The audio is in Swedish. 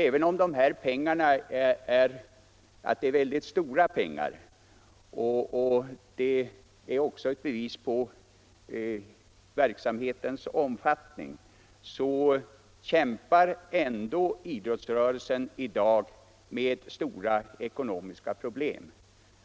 Även om detta är väldigt stora pengar och ett bevis på verksamhetens omfattning kämpar idrottsrörelsen i dag med stora ekonomiska problem.